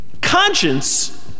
conscience